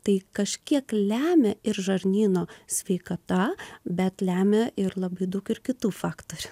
tai kažkiek lemia ir žarnyno sveikata bet lemia ir labai daug ir kitų faktorių